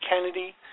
Kennedy